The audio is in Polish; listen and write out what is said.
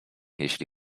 jeśli